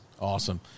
Awesome